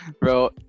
bro